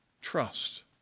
trust